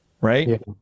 right